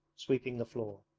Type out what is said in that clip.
sweeping the floor.